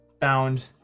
bound